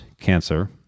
cancer